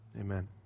Amen